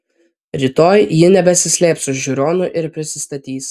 rytoj ji nebesislėps už žiūronų ir prisistatys